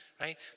right